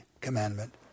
commandment